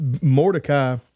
Mordecai